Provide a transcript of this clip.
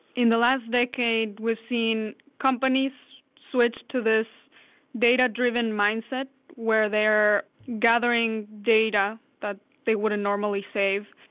in the last decade, we've seen companies switch to this data-driven mindset where they're gathering data that they wouldn't normally save.